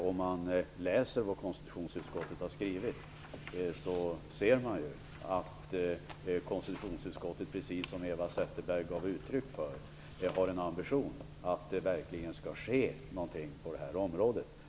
Om man läser vad konstitutionsutskottet har skrivit ser man ju att utskottet, precis som Eva Zetterberg gav uttryck för, har en ambition att se till att det verkligen skall ske någonting på detta område.